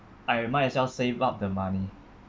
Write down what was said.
I uh might as well save up the money